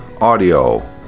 audio